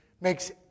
makes